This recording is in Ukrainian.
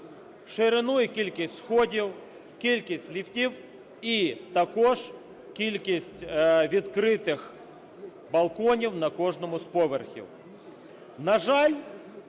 шириною кількість сходів, кількість ліфтів і також кількість відкритих балконів на кожному з поверхів.